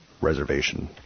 reservation